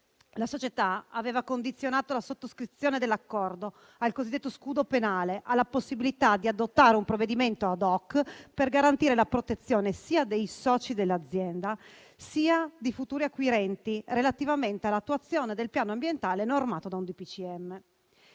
La società aveva condizionato la sottoscrizione dell'accordo al cosiddetto scudo penale alla possibilità di adottare un provvedimento *ad hoc* per garantire la protezione sia dei soci dell'azienda sia di futuri acquirenti relativamente all'attuazione del piano ambientale normato da un DPCM.